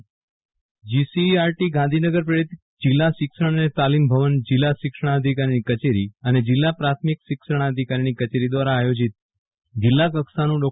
Viral Rana GCERT Gandhinagar પ્રેરિત જિલ્લા શિક્ષણ અને તાલીમ ભેવન જિલ્લા શિક્ષણાધિકારીની કચેરી અનેજિલ્લા પ્રાથમિક શિક્ષણાધિકારીની કચેરી દ્વારા આયોજિત જિલ્લાકક્ષાનું ડો